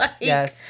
Yes